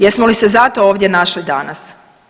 Jesmo li se zato ovdje našli danas?